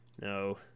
No